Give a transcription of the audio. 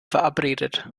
verabredet